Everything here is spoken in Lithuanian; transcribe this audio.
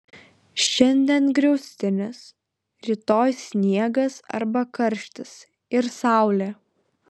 šiandien griaustinis rytoj sniegas arba karštis ir saulė